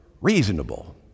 reasonable